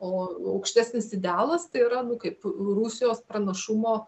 o aukštesnis idealas tai yra nu kaip rusijos pranašumo